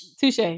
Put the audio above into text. Touche